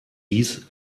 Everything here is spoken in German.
dies